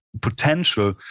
potential